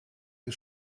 ist